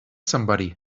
somebody